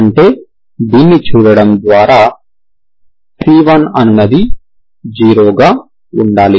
అంటే దీన్ని చూడటం ద్వారా c1 అనునది 0 గా ఉండాలి